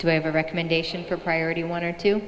to have a recommendation for priority one or two